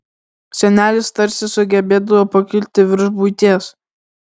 senelis tarsi sugebėdavo pakilti virš buities